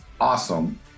awesome